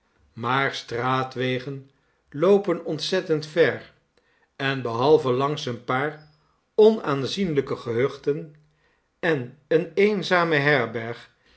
maar straatwegen loopen ontzettend ver en behalve langs een paar onaanzienlijke gehuchten en eene eenzame herberg